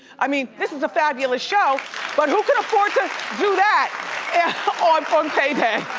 i mean, this is a fabulous show but who can afford to do that on on payday?